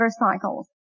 motorcycles